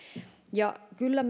ja kyllä